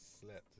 slept